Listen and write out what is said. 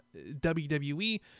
WWE